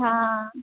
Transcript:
હા